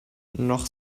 noch